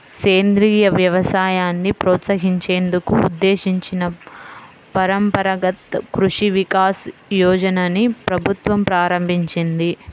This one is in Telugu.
సేంద్రియ వ్యవసాయాన్ని ప్రోత్సహించేందుకు ఉద్దేశించిన పరంపరగత్ కృషి వికాస్ యోజనని ప్రభుత్వం ప్రారంభించింది